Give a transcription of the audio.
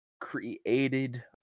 created